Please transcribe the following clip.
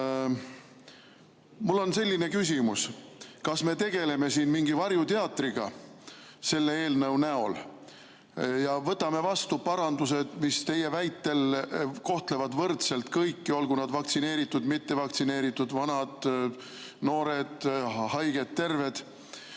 Mul on selline küsimus: kas me tegeleme siin selle eelnõu näol mingi varjuteatriga ja võtame vastu parandused, mis teie väitel kohtlevad võrdselt kõiki, olgu nad vaktsineeritud, mittevaktsineeritud, vanad, noored, haiged, terved?